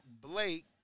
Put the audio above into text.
Blake